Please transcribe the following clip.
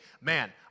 man